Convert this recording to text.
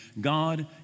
God